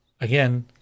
Again